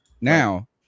Now